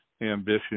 ambition